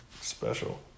special